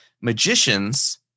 magicians